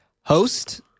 host